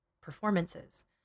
performances